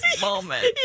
moment